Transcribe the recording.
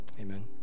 amen